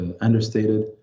understated